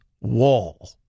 wall